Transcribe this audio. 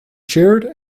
chaired